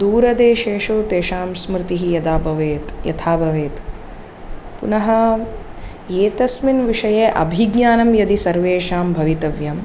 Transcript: दूरदेशेषु तेषां स्मृतिः यदा भवेत् यथा भवेत् पुनः एतस्मिन् विषये अभिज्ञानं यदि सर्वेषां भवितव्यं